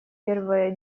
первое